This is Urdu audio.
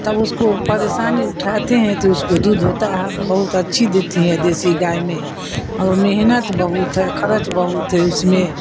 تب اس کو پریشانی اٹھاتے ہیں تو اس کو دودھ ہوتا ہے بہت اچھی دیتی ہے دیسی گائے میں اور محنت بہت ہے خرچ بہت ہے اس میں